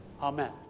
Amen